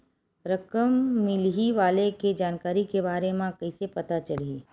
रकम मिलही वाले के जानकारी के बारे मा कइसे पता चलही?